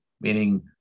Meaning